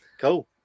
Cool